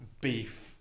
beef